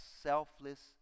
selfless